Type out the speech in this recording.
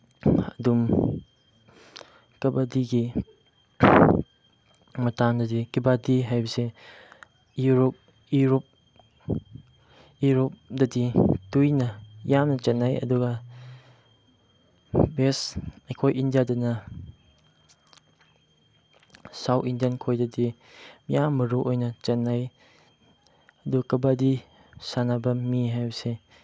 ꯑꯗꯨꯝ ꯀꯕꯥꯗꯤꯒꯤ ꯃꯇꯥꯡꯗꯗꯤ ꯀꯕꯥꯗꯤ ꯍꯥꯏꯔꯤꯕꯁꯤ ꯌꯨꯔꯣꯞ ꯌꯨꯔꯣꯞꯗꯗꯤ ꯇꯣꯏꯅ ꯌꯥꯝꯅ ꯆꯠꯅꯩ ꯑꯗꯨꯒ ꯕꯦꯁ ꯑꯩꯈꯣꯏ ꯏꯟꯗꯤꯌꯥꯗꯅ ꯁꯥꯎꯠ ꯏꯟꯗꯤꯌꯟ ꯈꯣꯏꯗꯗꯤ ꯃꯔꯨꯑꯣꯏꯅ ꯁꯥꯟꯅꯩ ꯑꯗꯨꯒ ꯀꯕꯥꯗꯤ ꯁꯥꯟꯅꯕ ꯃꯤ ꯍꯥꯏꯕꯁꯦ